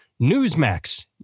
Newsmax